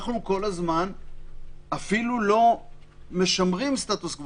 אנחנו כל הזמן אפילו לא משמרים סטטוס קוו.